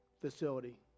facility